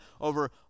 over